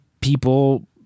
people